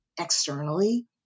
externally